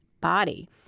body